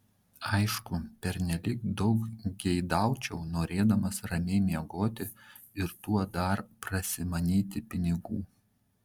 aišku pernelyg daug geidaučiau norėdamas ramiai miegoti ir tuo dar prasimanyti pinigų